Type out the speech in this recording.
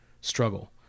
struggle